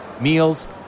meals